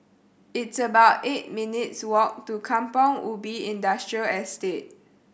it's about eight minutes' walk to Kampong Ubi Industrial Estate